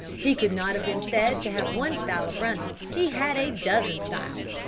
he could not have been said to have one style of running he had a dozen styles,